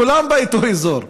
כולם באותו אזור.